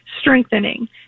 strengthening